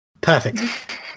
Perfect